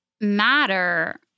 matter